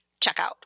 checkout